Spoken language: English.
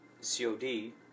COD